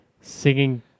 singing